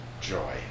joy